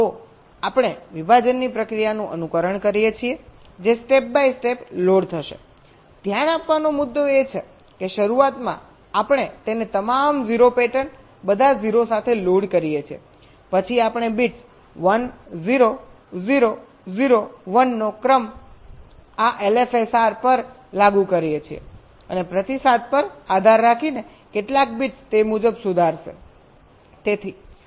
તેથી આપણે વિભાજનની પ્રક્રિયાનું અનુકરણ કરીએ છીએ જે સ્ટેપ બાય સ્ટેપ લોડ થશે ધ્યાન આપવાનો મુદ્દો એ છે કે શરૂઆતમાં આપણે તેને તમામ 0 પેટર્ન બધા 0 સાથે લોડ કરીએ છીએ પછી આપણે બિટ્સ 1 0 0 0 1 નો આ ક્રમ LFSR પર લાગુ કરીએ છીએ અને પ્રતિસાદ પર આધાર રાખીને કેટલાક બિટ્સ તે મુજબ સુધારાશે